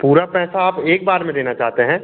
पूरा पैसा आप एक बार में देना चाहते हैं